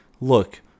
look